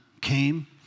came